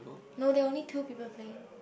no there are only two people playing